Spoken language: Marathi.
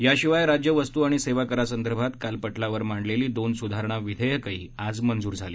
याशिवाय राज्य वस्तू आणि सेवा करासंदर्भात काल पटलावर मांडलेली दोन स्धारणा विधेयकंही आज मंजूर झाली